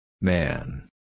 Man